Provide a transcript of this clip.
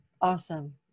Awesome